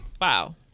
Wow